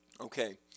Okay